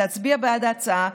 להצביע בעד ההצעה,